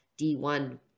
D1